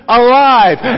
alive